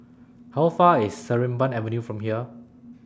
How Far away IS Sarimbun Avenue from here